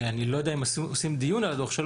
אני לא יודע אם עושים דיון על הדוח,